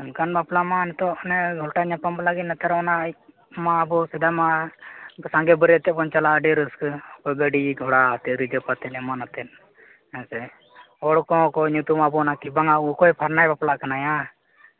ᱚᱱᱠᱟᱱ ᱵᱟᱯᱞᱟ ᱢᱟ ᱱᱤᱛᱚᱜ ᱚᱱᱮ ᱜᱷᱚᱞᱴᱟᱣ ᱧᱟᱯᱟᱢ ᱞᱟᱹᱜᱤᱫ ᱱᱮᱛᱟᱨ ᱚᱱᱟᱢᱟ ᱟᱵᱚ ᱥᱮᱫᱟᱭ ᱢᱟ ᱥᱟᱺᱜᱮ ᱵᱟᱹᱨᱤᱭᱟᱹᱛ ᱟᱛᱮᱫ ᱵᱚᱱ ᱪᱟᱞᱟᱜᱼᱟ ᱟᱹᱰᱤ ᱨᱟᱹᱥᱠᱟᱹ ᱜᱟᱹᱰᱤ ᱜᱷᱳᱲᱟ ᱨᱤᱡᱟᱹᱵᱷ ᱠᱟᱛᱮᱫ ᱮᱢᱟᱱ ᱟᱛᱮᱫ ᱦᱮᱸᱥᱮ ᱦᱚᱲ ᱠᱚᱦᱚᱸ ᱠᱚ ᱧᱩᱛᱩᱢ ᱟᱵᱚᱱᱟ ᱯᱷᱟᱨᱱᱟᱭ ᱵᱟᱯᱞᱟᱜ ᱠᱟᱱᱟᱭᱟ